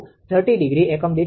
7442∠30° એકમ દીઠ છે